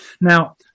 Now